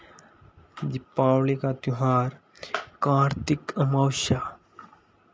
दिपावली का त्योहार कार्तिक अमावस्या